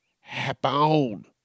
happen